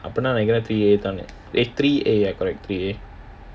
அப்போனா:apponaa three A eh three A ya correct three A